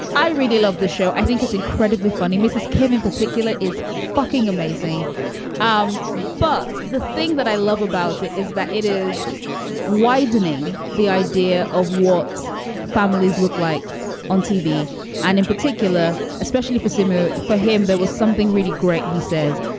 i really love the show. i think it's incredibly funny. mrs. kim in particular is fucking amazing um but the thing that i love about it is that it is widening the idea of what families look like on tv and in particular, especially for symeou for him. there was something really great, he says,